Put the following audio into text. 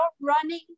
running